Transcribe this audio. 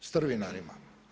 Strvinarima.